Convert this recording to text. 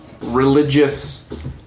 religious